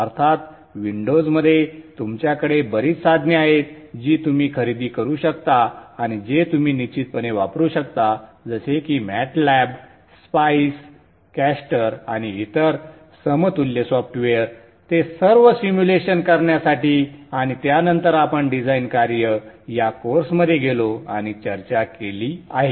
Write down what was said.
अर्थात विंडोजमध्ये तुमच्याकडे बरीच साधने आहेत जी तुम्ही खरेदी करू शकता आणि जे तुम्ही निश्चितपणे वापरू शकता जसे की मॅटलॅब स्पाइस कॅस्टर आणि इतर समतुल्य सॉफ्टवेअर ते सर्व सिम्युलेशन करण्यासाठी आणि त्यानंतर आपण डिझाइन कार्य या कोर्समध्ये गेलो आणि चर्चा केली आहे